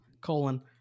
Colon